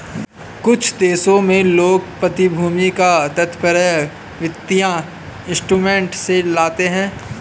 कुछ देशों में लोग प्रतिभूति का तात्पर्य वित्तीय इंस्ट्रूमेंट से लगाते हैं